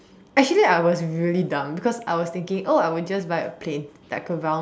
actually I was really dumb because I was thinking oh I would just buy a plane like a round